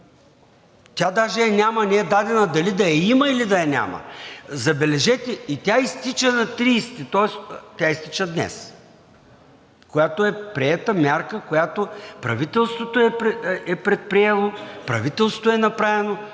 Нея даже я няма, не е дадена дали да я има, или да я няма. Забележете, тя изтича на 30-и, тоест тя изтича днес, която е приета мярка, която правителството е предприело, правителството е направило.